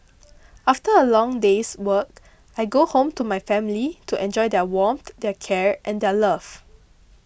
after a long day's work I go home to my family to enjoy their warmth their care and their love